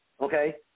Okay